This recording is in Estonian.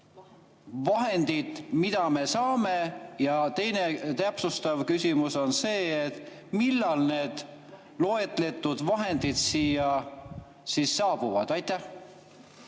vahendid, mida me saame. Ja teine täpsustav küsimus on see, et millal need loetletud vahendid siia saabuvad. Aitäh,